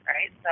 Right